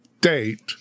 date